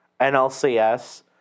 NLCS